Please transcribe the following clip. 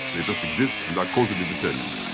they just exist and are causally determined.